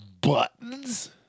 buttons